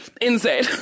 insane